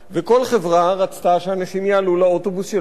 וכל חברה רצתה שאנשים יעלו לאוטובוס שלה,